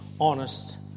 honest